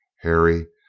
harry,